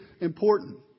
important